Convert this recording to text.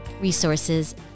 resources